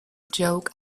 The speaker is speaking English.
joke